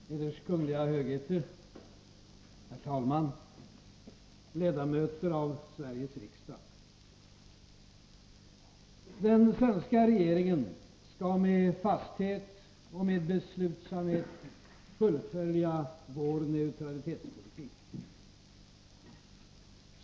Eders Majestäter, Eders Kungliga Högheter, herr talman, ledamöter av Sveriges Riksdag! Den svenska regeringen skall med fasthet och med beslutsamhet fullfölja vår neutralitetspolitik.